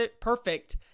perfect